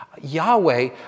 Yahweh